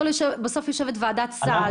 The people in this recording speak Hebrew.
בסוף יושבת ועדת סל,